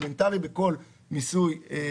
מהכלים לתכנוני מס אגרסיביים.